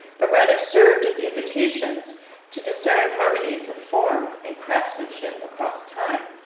but rather served as invitations to discern harmonies of form and craftsmanship across time.